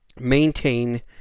Maintain